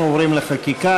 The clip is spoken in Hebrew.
אנחנו עוברים לחקיקה.